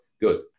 good